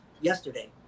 yesterday